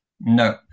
No